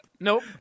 Nope